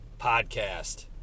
podcast